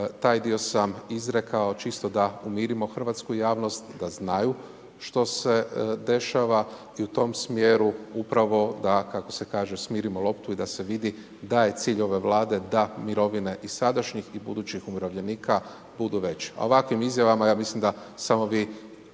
taj dio sam izrekao čisto da umirimo hrvatsku javnost, da znaju što se dešava i u tom smjeru upravo da, kako se kaže, smirimo loptu i da se vidi da je cilj ove Vlade da mirovine i sadašnjih i budućih umirovljenika budu veće. Ovakvim izjavama ja mislim da samo vi